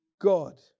God